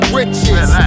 riches